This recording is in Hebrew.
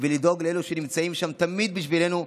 ולדאוג לאלה שנמצאים שם תמיד בשבילנו,